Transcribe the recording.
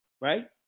Right